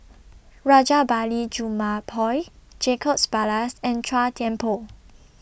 Rajabali Jumabhoy Jacob Ballas and Chua Thian Poh